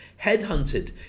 headhunted